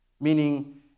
Meaning